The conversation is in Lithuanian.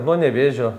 nuo nevėžio